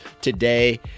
today